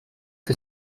que